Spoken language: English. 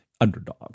underdog